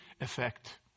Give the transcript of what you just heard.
effect